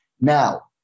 now